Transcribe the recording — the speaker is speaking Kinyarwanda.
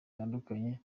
zitandukanye